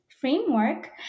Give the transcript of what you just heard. framework